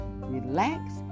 relax